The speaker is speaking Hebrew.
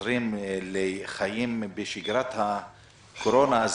חוזרים לחיים בשגרת הקורונה,